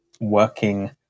working